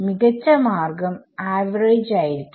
മികച്ച മാർഗം ആവറേജ് ആയിരിക്കും